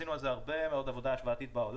עשינו על זה הרבה מאוד עבודה השוואתית בעולם